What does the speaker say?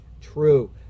true